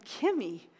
Kimmy